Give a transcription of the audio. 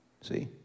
See